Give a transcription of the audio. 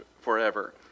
forever